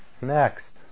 Next